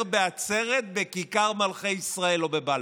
בעצרת בכיכר מלכי ישראל או בבלפור.